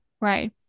right